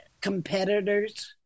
competitors